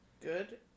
Good